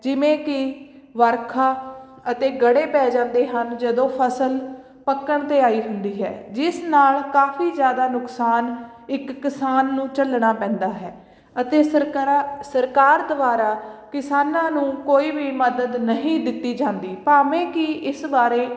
ਜਿਵੇਂ ਕਿ ਵਰਖਾ ਅਤੇ ਗੜੇ ਪੈ ਜਾਂਦੇ ਹਨ ਜਦੋਂ ਫਸਲ ਪੱਕਣ 'ਤੇ ਆਈ ਹੁੰਦੀ ਹੈ ਜਿਸ ਨਾਲ ਕਾਫੀ ਜ਼ਿਆਦਾ ਨੁਕਸਾਨ ਇੱਕ ਕਿਸਾਨ ਨੂੰ ਝੱਲਣਾ ਪੈਂਦਾ ਹੈ ਅਤੇ ਸਰਕਾਰਾਂ ਸਰਕਾਰ ਦੁਆਰਾ ਕਿਸਾਨਾਂ ਨੂੰ ਕੋਈ ਵੀ ਮਦਦ ਨਹੀਂ ਦਿੱਤੀ ਜਾਂਦੀ ਭਾਵੇਂ ਕਿ ਇਸ ਬਾਰੇ